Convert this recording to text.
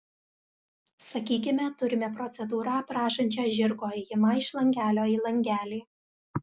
sakykime turime procedūrą aprašančią žirgo ėjimą iš langelio į langelį